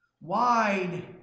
wide